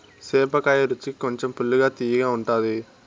సేపకాయ రుచికి కొంచెం పుల్లగా, తియ్యగా ఉంటాది